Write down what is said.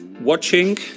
watching